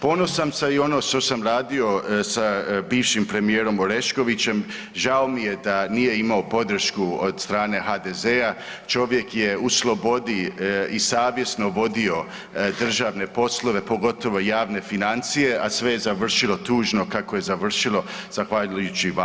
Ponosan sam i na ono što sam radio sa bivšem premijerom Oreškovićem, žao mi je što nije imao podršku od strane HDZ-a, čovjek je u slobodi i savjesno vodio državne potpore, pogotovo javne financije, a sve je završilo tužno kako je završilo zahvaljujući vama.